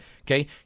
Okay